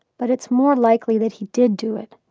but it's more likely that he did do it.